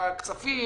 ועדת כספים